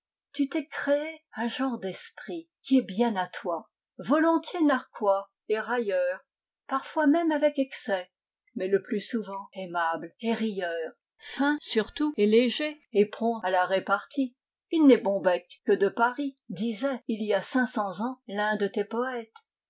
tu t'es créé un genre d'esprit qui est bien à toi volontiers narquois et railleur parfois même avec excès mais le plus souvent aimable et rieur fin surtout et léger et prompt à la répartie il n'est bon bec que de paris disait il y a cinq cents ans l'un de tes poètes